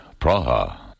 Praha